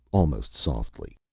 almost softly.